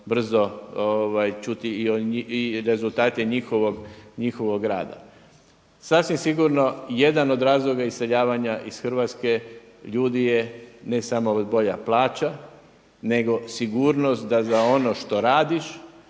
brzo čuti i rezultate njihovog rada. Sasvim sigurno jedan od razloga iseljavanja iz Hrvatske ljudi je ne samo bolja plaća, nego sigurnost da za ono što radiš